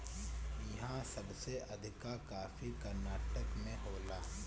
इहा सबसे अधिका कॉफ़ी कर्नाटक में होला